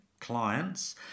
clients